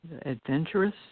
adventurous